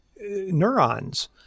neurons